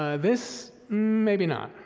ah this, maybe not,